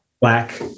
Black